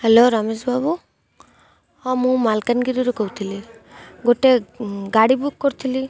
hello Ramesh Babu ହଁ ମୁଁ ମାଲକାନଗିରିରୁ କହୁଥିଲି ଗୋଟେ ଗାଡ଼ି ବୁକ୍ କରିଥିଲି